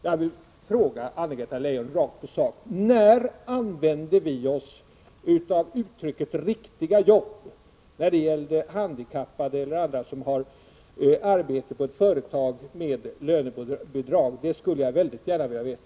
Jag vill fråga Anna-Greta Leijon rakt på sak: När har vi använt oss av uttrycket ”riktiga jobb” när det gällt handikappade eller andra som har arbete på ett företag med lönebidrag? Det skulle jag mycket gärna vilja veta.